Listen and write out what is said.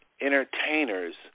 entertainers